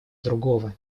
другого